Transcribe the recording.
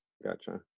Gotcha